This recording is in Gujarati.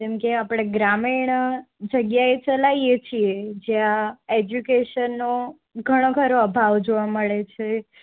જેમ કે આપણે ગ્રામીણ જગ્યાએ ચલાવીએ છીએ જ્યાં એજ્યુકેશનનો ઘણો ખરો અભાવ જોવા મળે છે